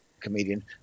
comedian